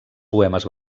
poemes